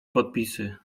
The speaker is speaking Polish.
podpisy